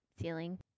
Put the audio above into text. ceiling